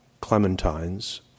clementines